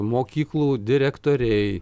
mokyklų direktoriai